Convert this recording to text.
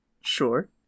Sure